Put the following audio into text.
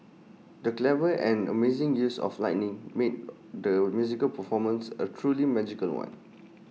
the clever and amazing use of lighting made the musical performance A truly magical one